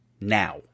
now